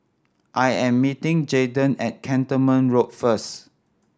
I am meeting Jaden at Cantonment Road first